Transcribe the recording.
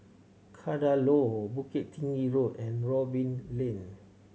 Kadaloor Bukit Tinggi Road and Robin Lane